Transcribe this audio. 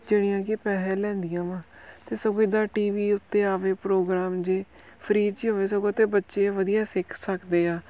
ਜਿਹੜੀਆਂ ਕਿ ਪੈਸੇ ਲੈਂਦੀਆਂ ਵਾ ਅਤੇ ਸਗੋਂ ਇੱਦਾਂ ਟੀ ਵੀ ਉੱਤੇ ਆਵੇ ਪ੍ਰੋਗਰਾਮ ਜੇ ਫਰੀ 'ਚ ਹੋਵੇ ਸਗੋਂ ਤਾਂ ਬੱਚੇ ਵਧੀਆ ਸਿੱਖ ਸਕਦੇ ਆ